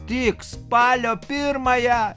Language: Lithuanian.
tik spalio pirmąją